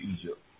Egypt